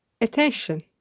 Attention